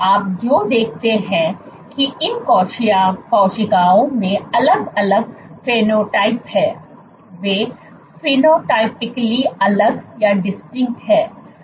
आप जो देखते हैं कि इन कोशिकाओं में अलग अलग फेनोटाइप हैं वे फेनोटाइपिकली अलग"Phenotypically distinct"हैं